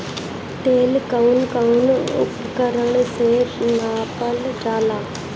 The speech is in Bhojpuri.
तेल कउन कउन उपकरण से नापल जाला?